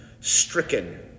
stricken